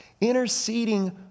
interceding